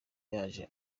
yaje